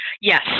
Yes